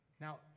Now